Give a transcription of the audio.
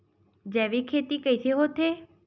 जैविक खेती कइसे होथे?